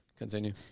Continue